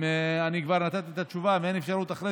אני כבר נתתי את התשובה ואין אפשרות אחרי